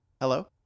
Hello